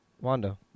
Wanda